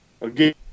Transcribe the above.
Again